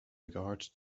regard